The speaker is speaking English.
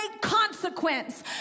consequence